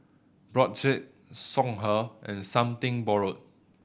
Brotzeit Songhe and Something Borrowed